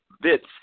bits